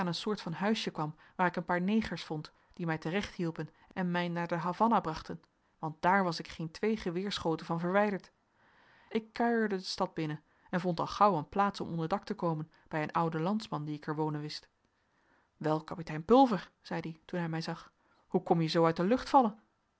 een soort van huisje kwam waar ik een paar negers vond die mij te recht hielpen en mij naar de havannah brachten want daar was ik geen twee geweerschoten van verwijderd ik kuierde de stad binnen en vond al gauw een plaats om onder dak te komen bij een ouden landsman dien ik er wonen wist wel kapitein pulver zei die toen hij mij zag hoe kom je zoo uit de lucht vallen